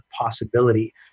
possibility